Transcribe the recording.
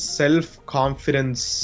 self-confidence